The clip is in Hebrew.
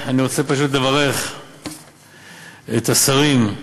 אני רוצה פשוט לברך את השרים,